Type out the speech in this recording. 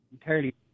entirely